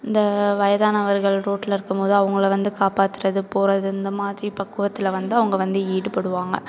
இந்த வயதானவர்கள் ரோட்டில் இருக்கும்போது அவங்கள வந்து காப்பாத்துறது போகிறது இந்த மாதிரி பக்குவத்தில் வந்து அவங்க வந்து ஈடுபடுவாங்க